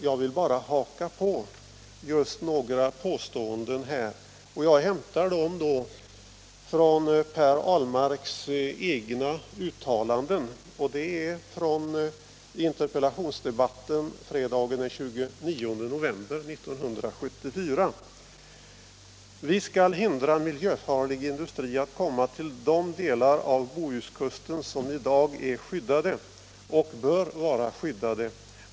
Jag vill bara haka på några påståenden, och jag hämtar dem från Per Ahlmarks egna uttalanden i interpellationsdebatten fredagen den 29 november 1974. Han sade att ”vi skall hindra miljöfarlig industri att komma till de delar av Bohuskusten som i dag är skyddade och bör vara skyddade.